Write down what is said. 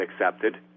accepted